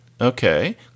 Okay